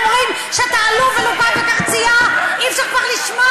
משטרת המחשבות מפקחת על הציבור באמצעות שימוש